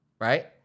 right